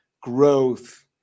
growth